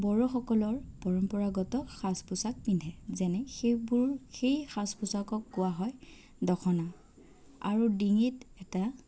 বড়োসকলৰ পৰম্পৰাগত সাজ পোছাক পিন্ধে যেনে সেইবোৰ সেই সাজ পোছাকক কোৱা হয় দখনা আৰু ডিঙিত এটা